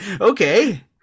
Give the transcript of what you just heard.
Okay